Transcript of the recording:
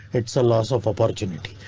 it's a loss of opportunity.